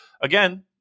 again